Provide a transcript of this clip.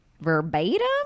verbatim